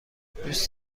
دوست